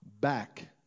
back